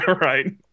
right